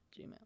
Gmail